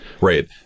Right